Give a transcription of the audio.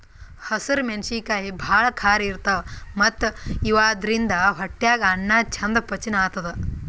ಹಸ್ರ್ ಮೆಣಸಿನಕಾಯಿ ಭಾಳ್ ಖಾರ ಇರ್ತವ್ ಮತ್ತ್ ಇವಾದ್ರಿನ್ದ ಹೊಟ್ಯಾಗ್ ಅನ್ನಾ ಚಂದ್ ಪಚನ್ ಆತದ್